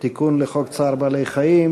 תיקון חוק צער בעלי-חיים?